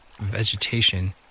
vegetation